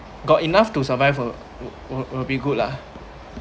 got enough to survive for will will be good lah